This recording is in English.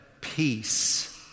peace